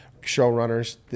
showrunners